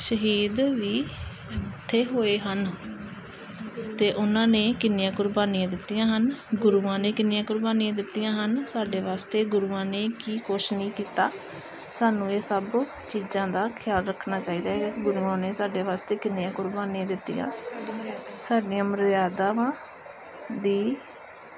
ਸ਼ਹੀਦ ਵੀ ਇੱਥੇ ਹੋਏ ਹਨ ਅਤੇ ਉਹਨਾਂ ਨੇ ਕਿੰਨੀਆਂ ਕੁਰਬਾਨੀਆਂ ਦਿੱਤੀਆਂ ਹਨ ਗੁਰੂਆਂ ਨੇ ਕਿੰਨੀਆਂ ਕੁਰਬਾਨੀਆਂ ਦਿੱਤੀਆਂ ਹਨ ਸਾਡੇ ਵਾਸਤੇ ਗੁਰੂਆਂ ਨੇ ਕੀ ਕੁਛ ਨਹੀਂ ਕੀਤਾ ਸਾਨੂੰ ਇਹ ਸਭ ਚੀਜ਼ਾਂ ਦਾ ਖਿਆਲ ਰੱਖਣਾ ਚਾਹੀਦਾ ਹੈ ਕਿ ਗੁਰੂਆਂ ਨੇ ਸਾਡੇ ਵਾਸਤੇ ਕਿੰਨੀਆਂ ਕੁਰਬਾਨੀਆਂ ਦਿੱਤੀਆਂ ਸਾਡੀਆਂ ਮਰਿਆਦਾ ਦੀ